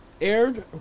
Aired